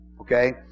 Okay